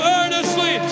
earnestly